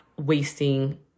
wasting